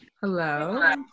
Hello